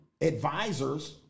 advisors